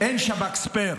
אין שב"כ ספייר.